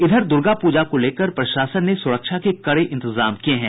इधर दुर्गा पूजा को लेकर प्रशासन ने सुरक्षा के कड़े इंतजाम किये हैं